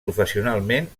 professionalment